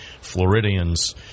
Floridians